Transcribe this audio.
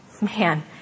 man